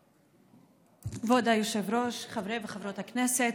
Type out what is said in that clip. כבוד היושב-ראש, חברי וחברות הכנסת,